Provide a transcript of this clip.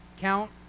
count